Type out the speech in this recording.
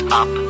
up